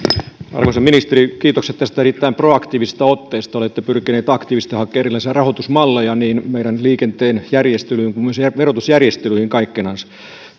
arvoisa ministeri kiitokset tästä erittäin proaktiivisesta otteesta olette pyrkinyt aktiivisesti hakemaan erilaisia rahoitusmalleja niin meidän liikenteemme järjestelyyn kuin myös verotusjärjestelyihin kaikkinensa